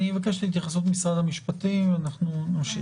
אני מבקש את התייחסות משרד המשפטים, ונמשיך.